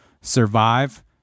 survive